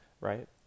right